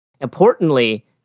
importantly